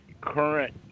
current